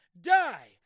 die